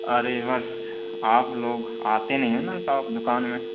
अरे आप लोग आते नहीं हैं ना शॉप दुकान में